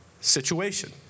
situation